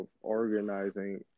organizing